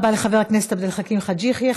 תודה רבה לחבר הכנסת עבד אל חכים חאג' יחיא.